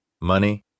Money